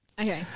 Okay